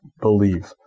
believe